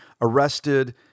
arrested